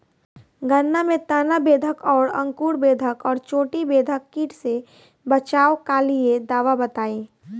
गन्ना में तना बेधक और अंकुर बेधक और चोटी बेधक कीट से बचाव कालिए दवा बताई?